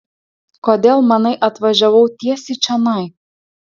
kodėl manai atvažiavau tiesiai čionai